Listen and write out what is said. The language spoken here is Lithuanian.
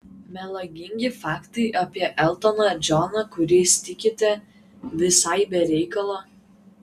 melagingi faktai apie eltoną džoną kuriais tikite visai be reikalo